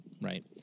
right